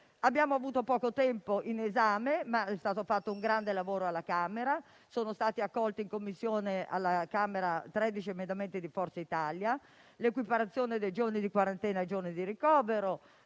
Abbiamo avuto poco tempo per l'esame del provvedimento, ma è stato fatto un grande lavoro alla Camera. Sono stati accolti in Commissione alla Camera 13 emendamenti di Forza Italia: l'equiparazione dei giorni di quarantena ai giorni di ricovero;